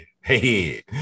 Hey